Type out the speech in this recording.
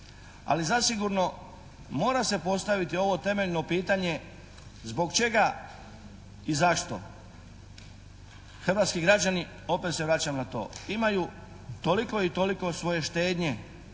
ali zasigurno mora se postaviti ovo temeljno pitanje zbog čega i zašto hrvatski građani, opet se vraćam na to, imaju toliko i toliko svoje štednje